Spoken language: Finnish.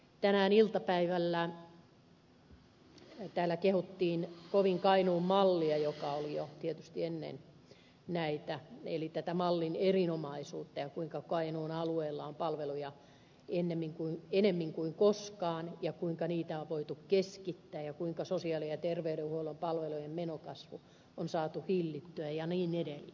tänään iltapäivällä täällä kehuttiin kovin kainuun mallia joka oli jo tietysti ennen näitä tätä mallin erinomaisuutta ja sitä kuinka kainuun alueella on palveluja enemmän kuin koskaan ja kuinka niitä on voitu keskittää ja kuinka sosiaali ja terveydenhuollon palvelujen menokasvu on saatu hillittyä ja niin edelleen